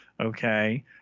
okay